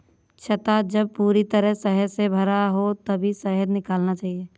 छत्ता जब पूरी तरह शहद से भरा हो तभी शहद निकालना चाहिए